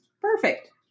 perfect